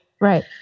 right